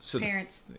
parents